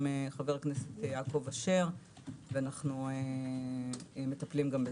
חבר הכנסת יעקב אשר ואנו מטפלים גם בזה.